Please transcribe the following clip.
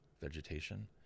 vegetation